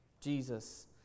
Jesus